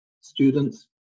students